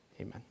amen